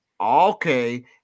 Okay